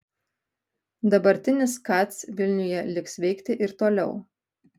dabartinis kac vilniuje liks veikti ir toliau